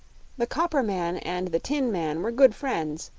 the copper man and the tin man were good friends,